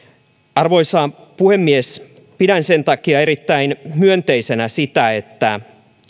arvoisa puhemies pidän sen takia erittäin myönteisenä sitä että